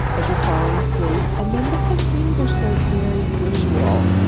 as you're falling asleep. and then, because dreams are so very visual,